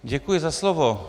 Děkuji za slovo.